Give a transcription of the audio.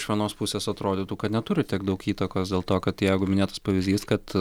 iš vienos pusės atrodytų kad neturi tiek daug įtakos dėl to kad jeigu minėtas pavyzdys kad